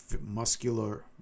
muscular